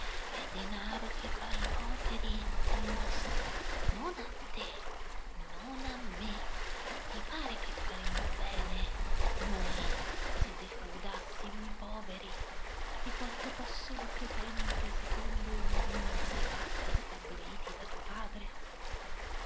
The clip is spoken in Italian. è denaro che va ai poveri il nostro non a te non a me ti pare che faremmo bene noi se defraudassimo i poveri di quanto possono pretendere secondo il minimo dei patti stabiliti da tuo padre